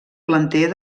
planter